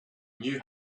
knew